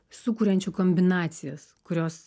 sukuriančių kombinacijas kurios